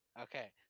Okay